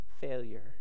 failure